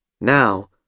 Now